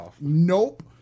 nope